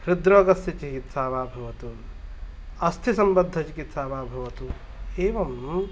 हृद्रोगस्य चिकित्सा वा भवतु अस्थिसम्बद्धचिकित्सा वा भवतु एवम्